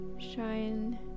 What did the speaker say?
shine